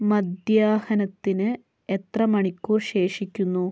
മധ്യാഹ്നത്തിന് എത്ര മണിക്കൂർ ശേഷിക്കുന്നു